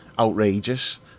outrageous